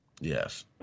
Yes